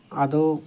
ಅದು